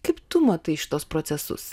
kaip tu matai šituos procesus